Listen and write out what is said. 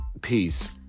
peace